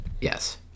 Yes